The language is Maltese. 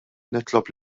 nitlob